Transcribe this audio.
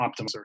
optimizer